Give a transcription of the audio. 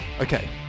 Okay